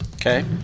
okay